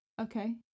okay